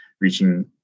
reaching